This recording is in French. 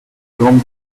grandes